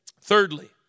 Thirdly